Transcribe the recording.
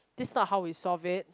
this not how we solve it